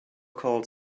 called